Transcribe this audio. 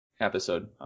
episode